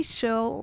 show